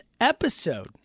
episode